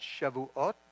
Shavuot